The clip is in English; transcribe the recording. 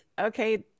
okay